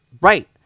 Right